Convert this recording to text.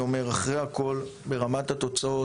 אני אשתדל לשפוך את כל ליבי בשתי דקות.